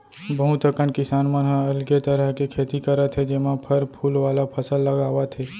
बहुत अकन किसान मन ह अलगे तरह के खेती करत हे जेमा फर फूल वाला फसल लगावत हे